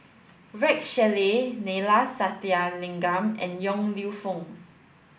Rex Shelley Neila Sathyalingam and Yong Lew Foong